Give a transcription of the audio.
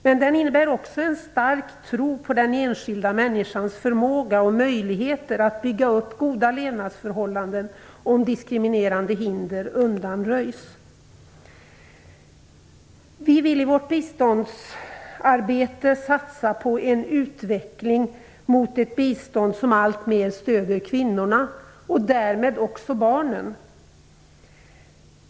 Men den innebär också en stark tro på den enskilda människans förmåga och möjligheter att bygga upp goda levnadsförhållanden, om diskriminerande hinder undanröjs. Vi vill i vårt biståndsarbete satsa på en utveckling mot ett bistånd som alltmer stöder kvinnorna och därmed också barnen.